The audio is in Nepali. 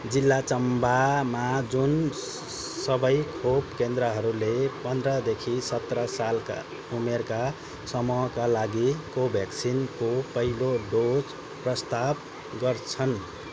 जिल्ला चम्बामा जुन सबै खोप केन्द्रहरूले पन्ध्रदेखि सत्र सालका उमेरका समूहका लागि कोभ्याक्सिनको पहिलो डोज प्रस्ताव गर्छन्